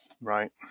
Right